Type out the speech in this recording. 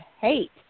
hate